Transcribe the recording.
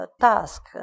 task